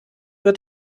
wird